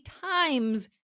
times